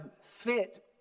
fit